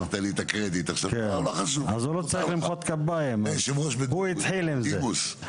אז הוא לא צריך למחוא כפיים, הוא התחיל עם זה.